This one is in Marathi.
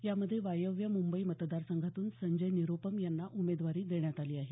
यामध्ये वायव्य मुंबई मतदारसंघातून संजय निरुपम यांना उमेदवारी देण्यात आली आहे